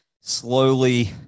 slowly